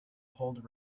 hold